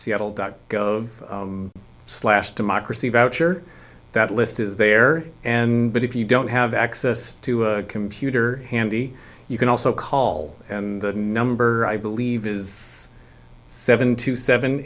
seattle dot gov slash democracy voucher that list is there and but if you don't have access to a computer handy you can also call the number i believe is seven to seven